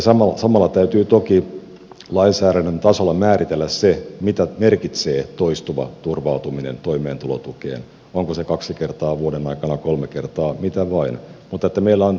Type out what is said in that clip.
samalla täytyy toki lainsäädännön tasolla määritellä se mitä merkitsee toistuva turvautuminen toimeentulotukeen onko se kaksi kertaa vuoden aikana kolme kertaa mitä vain mutta meillä on oltava selkeät kriteerit